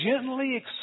gently